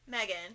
Megan